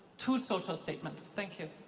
two social statements? thank you.